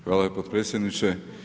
Hvala potpredsjedniče.